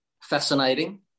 fascinating